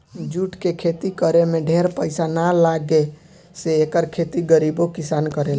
jute के खेती करे में ढेर पईसा ना लागे से एकर खेती गरीबो किसान करेला